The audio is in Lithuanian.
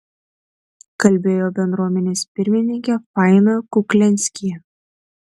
kalbėjo bendruomenės pirmininkė faina kuklianskyje